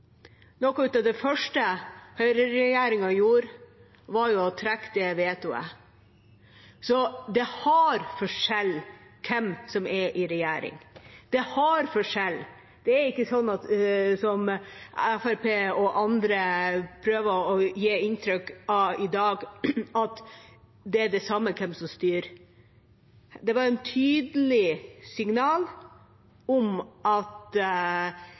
Noe av det første høyreregjeringa gjorde, var å trekke det vetoet. Så det utgjør en forskjell hvem som er i regjering. Det er ikke slik som Fremskrittspartiet og andre prøver å gi inntrykk av i dag, at det er det samme hvem som styrer. Det var et tydelig signal om at